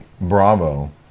Bravo